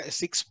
six